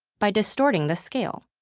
by distorting the scale.